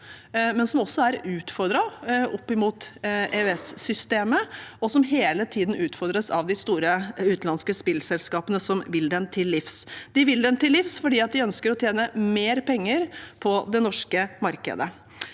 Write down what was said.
men som også er utfordret opp mot EØS-systemet, og som hele ti den utfordres av de store utenlandske spillselskapene, som vil denne modellen til livs. De vil den til livs fordi de ønsker å tjene mer penger på det norske markedet.